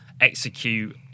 execute